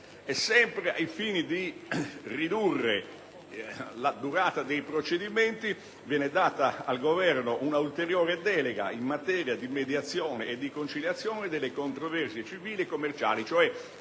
Sempre al fine di ridurre la durata dei procedimenti, viene data al Governo un'ulteriore delega in materia di mediazione e di conciliazione delle controversie civili e commerciali.